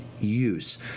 use